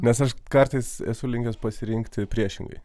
nes aš kartais esu linkęs pasirinkti priešingai